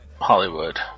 Hollywood